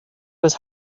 was